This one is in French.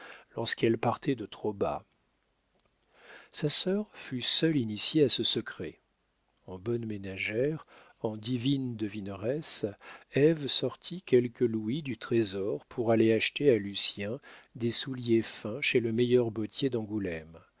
lorsqu'elle partait de trop bas sa sœur fut seule initiée à ce secret en bonne ménagère en divine devineresse ève sortit quelques louis du trésor pour aller acheter à lucien des souliers fins chez le meilleur bottier d'angoulême